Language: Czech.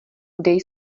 dej